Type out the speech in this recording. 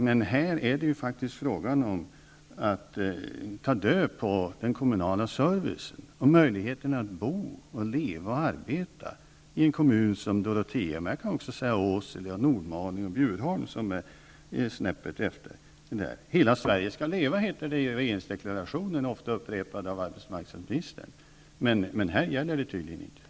Men här är det ju faktiskt fråga om att ta död på den kommunala servicen och möjligheten att bo, leva och arbeta i en kommun som Dorotea -- jag kan också säga Åsele, Nordmaling och Bjurholm, som ligger snäppet efter. Hela Sverige skall leva, heter det i regeringsdeklarationen, ofta upprepat av arbetsmarknadsministern. Men här gäller det tydligen inte.